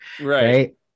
right